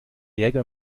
jäger